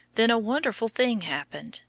then a wonderful thing happened.